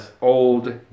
old